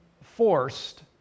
forced